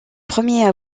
premiers